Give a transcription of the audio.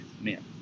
men